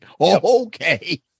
Okay